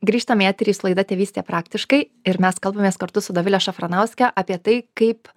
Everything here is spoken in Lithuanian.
grįžtame į eterį su laida tėvystė praktiškai ir mes kalbamės kartu su dovile šafranauske apie tai kaip